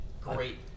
great